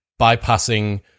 bypassing